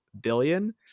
billion